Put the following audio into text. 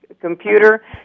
computer